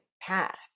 path